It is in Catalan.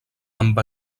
amb